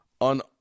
on